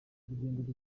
urugendo